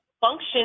function